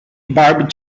barb